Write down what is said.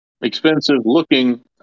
expensive-looking